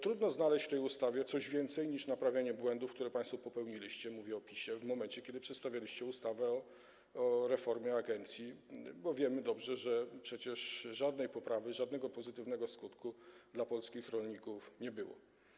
Trudno więc znaleźć w tej ustawie coś więcej niż naprawianie błędów, które państwo popełniliście, mówię o PiS-ie, w momencie kiedy przedstawialiście ustawę o reformie agencji, bo dobrze wiemy, że przecież żadnej poprawy, żadnego pozytywnego skutku dla polskich rolników nie było.